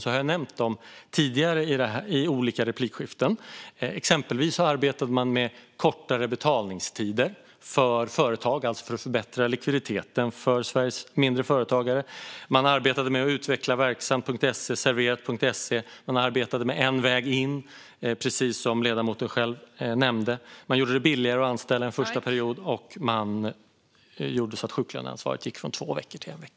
Jag har nämnt dem tidigare i olika replikskiften. Exempelvis arbetade man med kortare betalningstider för företag, alltså för att förbättra likviditeten för Sveriges mindre företagare. Man arbetade med att utveckla Verksamt.se och programmet Serverat, och man arbetade med en väg in, precis som ledamoten själv nämnde. Man gjorde det billigare att anställa en första person, och man gjorde så att sjuklöneansvaret gick från två veckor till en vecka.